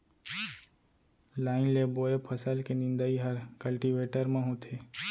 line ले बोए फसल के निंदई हर कल्टीवेटर म होथे